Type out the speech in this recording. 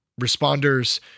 responders